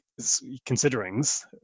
considerings